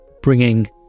bringing